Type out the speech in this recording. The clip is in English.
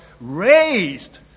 raised